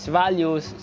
values